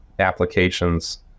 applications